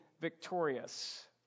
victorious